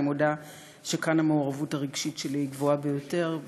אני מודה שכאן המעורבות הרגשית שלי היא גבוהה ביותר,